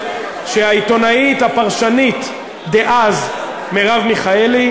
שהעיתונאית הפרשנית דאז מרב מיכאלי,